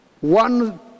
One